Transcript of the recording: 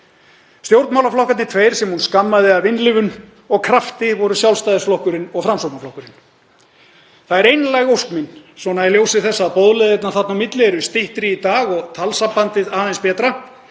Stjórnmálaflokkarnir tveir sem hún skammaði af innlifun og krafti voru Sjálfstæðisflokkurinn og Framsóknarflokkurinn. Það er einlæg ósk mín, svona í ljósi þess að boðleiðirnar þarna á milli eru styttri í dag og talsambandið aðeins betra,